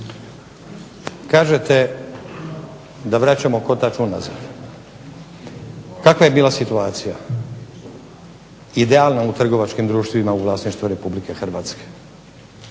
Kažete da vraćamo kotač unazad. Kakva je bila situacija? Idealna u trgovačkim društvima u vlasništvu RH. Daleko